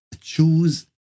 choose